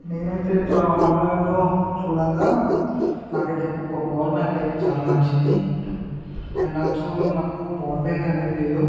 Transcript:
నేనైతే ఇట్లా ఆన్లైన్లో చూడంగా నాకైతే ఒక పవర్ బ్యాంక్ అయితే చాలా నచ్చింది అండ్ ఆల్సో నాకు పవర్ బ్యాంక్ అనేది లేదు